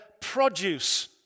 produce